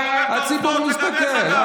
הציבור מסתכל.